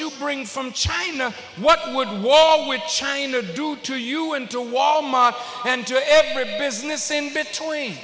you bring from china what would wall with china do to you and to walmart and to every business in between